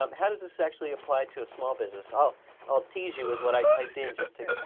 um how does this actually apply to a small business? i'll i'll tease you with what i typed in just to,